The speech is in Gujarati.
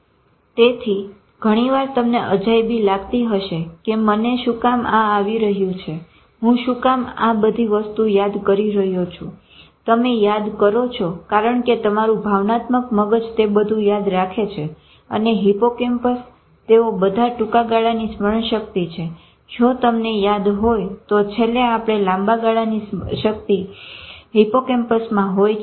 તેથી ઘણીવાર તમને અજાયબી લગતી હશે કે મને શું કામ આ આવી રહ્યું છે હું શું કામ આ બધી વસ્તુ યાદ કરી રહ્યો છું તમે યાદ કરો છો કારણ કે તમારુ ભાવનાત્મક મગજ તે બધું યાદ રાખે છે અને હિપ્પોકેમ્પસ તેઓ બધા ટુંકા ગાળાની સ્મરણ શક્તિ છે જો તમને યાદ હોય તો છેલ્લે આપણે લાંબા ગાળાની શક્તિ હિપ્પોકેમ્પસમાં હોય છે